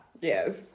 Yes